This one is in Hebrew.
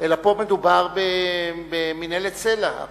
אלא פה מדובר במינהלת סל"ע.